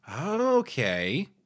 Okay